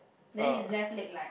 then his left leg like